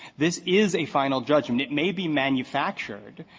this is a final judgment. it may be manufactured,